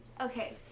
Okay